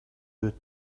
you